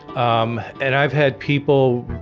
um and i've had people